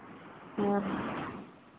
ᱦᱳᱭ